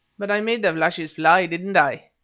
but i made the flashes fly, didn't i?